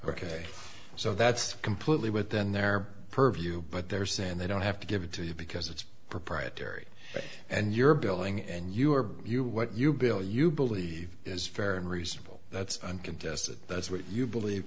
ok so that's completely within their purview but they're saying they don't have to give it to you because it's proprietary and you're billing and you are you what you bill you believe is fair and reasonable that's uncontested that's what you believe